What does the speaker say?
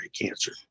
cancer